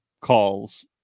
calls